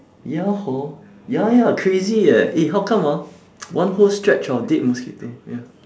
ya hor ya ya crazy eh eh how come ah one whole stretch of dead mosquito here